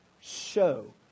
show